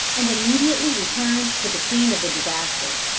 and immediately returned to the scene of the disaster.